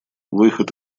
выход